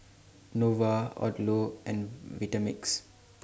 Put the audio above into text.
Nova Odlo and Vitamix